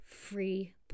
free